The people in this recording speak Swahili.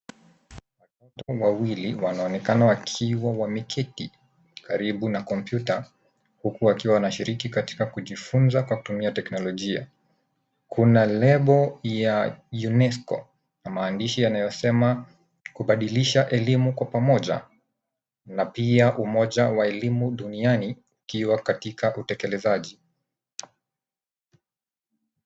Watoto wawili wanaonekana wakiwa wameketi karibu na kompyuta huku wakiwa wajifunza kwa kutumia teknolojia .Kuna lebo ya UNESCO na maandishi yanayosema kubadilisha elimu kwa pamoja na pia umoja wa elimu duniani ikiwa katika utekelezaji.